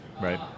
right